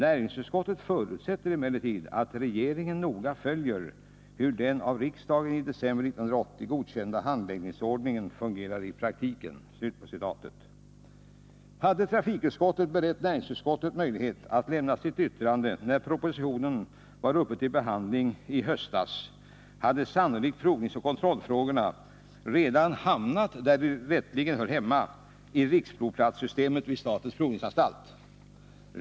Näringsutskottet förutsätter emellertid att regeringen noga följer hur den av riksdagen i december 1980 godkända handläggningsordningen fungerar i praktiken.” Hade trafikutskottet berett näringsutskottet möjlighet att lämna sitt yttrande när propositionen var uppe till behandling i höstas hade sannolikt provningsoch kontrollfrågorna redan hamnat där de rätteligen hör hemma — i riksprovplatssystemet vid statens provningsanstalt.